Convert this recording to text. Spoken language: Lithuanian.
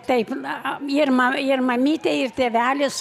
taip na ir ma ir mamytė ir tėvelis